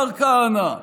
השר כהנא?